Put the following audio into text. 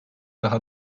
daha